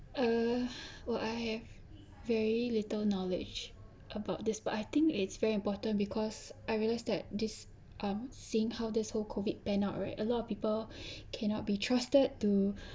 err well I have very little knowledge about this but I think it's very important because I realize that this um seeing how this whole COVID pan out right a lot of people cannot be trusted to